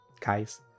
Guys